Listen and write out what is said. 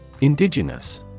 Indigenous